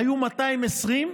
היו 220,000,